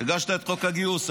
הגשת את חוק הגיוס,